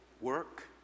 work